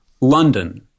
London